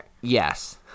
Yes